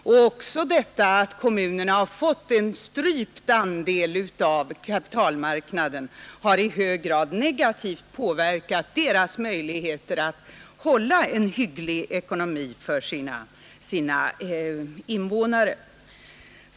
Också det förhållandet att kommunerna har fått en strypt andel av kapitalmarknaden har synnerligen negativt påverkat möjligheterna för deras invånare att upprätthålla en hygglig ekonomi.